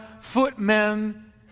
footmen